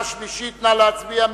נא להצביע.